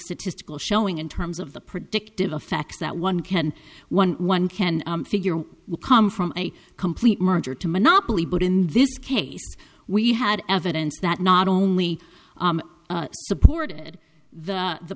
statistical showing in terms of the predictive effects that one can one one can figure will come from a complete merger to monopoly but in this case we had evidence that not only supported the